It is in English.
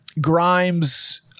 Grimes